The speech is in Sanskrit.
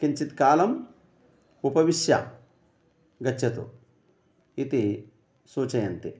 किञ्चित् कालम् उपविश्य गच्छतु इति सूचयन्ति